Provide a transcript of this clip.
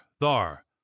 thar